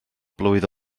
blwydd